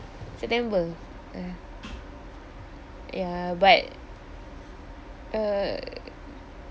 so them were uh ya but uh